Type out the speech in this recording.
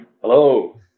Hello